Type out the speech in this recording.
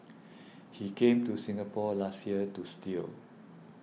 he came to Singapore last year to steal